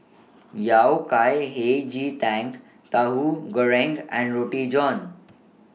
Yao Cai Hei Ji Tang Tahu Goreng and Roti John